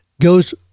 goes